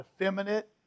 effeminate